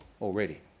already